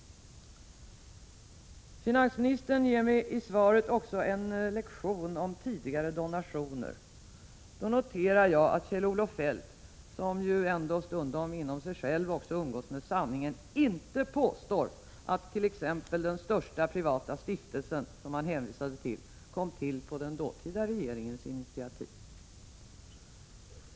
Finansministern ger mig i svaret också en ”lektion” om tidigare donatio ner. Då noterar jag att Kjell-Olof Feldt, som ju ändå stundom inom sig själv umgås med sanningen, inte påstår att t.ex. den största privata stiftelsen, som han hänvisade till, kom till på den dåtida regeringens initiativ.